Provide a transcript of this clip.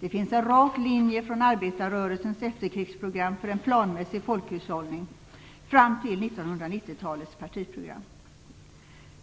Det finns en rak linje från arbetarrörelsens efterkrigsprogram för en planmässig folkhushållning fram till 1990-talets partiprogram.